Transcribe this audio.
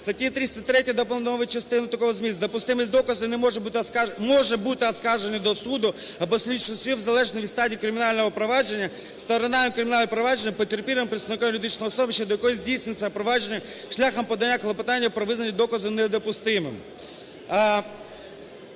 статті 303 доповнити частину такого змісту "Допустимість доказу може бути оскаржено до суду або слідчого судді в залежності від стадії кримінального провадження сторонами кримінального провадження, потерпілим, представником юридичним особи, щодо якої здійснюється провадження, шляхом подання клопотання про визнання доказу недопустимим".